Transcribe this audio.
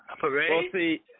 parade